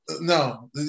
No